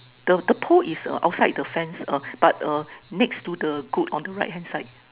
the the pole is uh outside the fence uh but uh next to the goods on the right hand side